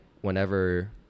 whenever